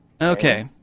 Okay